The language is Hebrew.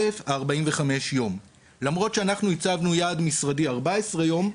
ראשית: ה-45 יום למרות שהצבנו יעד משרדי של 14 יום,